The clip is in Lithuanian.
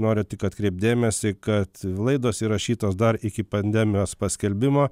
noriu tik atkreipt dėmesį kad laidos įrašytos dar iki pandemijos paskelbimo